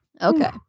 Okay